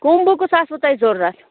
کٕم بُکٔس آسوٕ تۄہہِ ضروٗرت